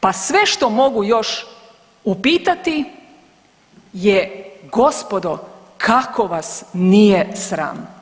Pa sve što mogu još upitati je gospodo kako vas nije sram?